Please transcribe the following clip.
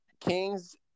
kings